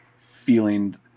feeling